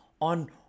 on